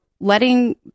letting